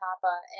papa